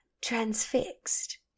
transfixed